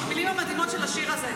המילים המדהימות של השיר הזה.